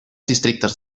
districtes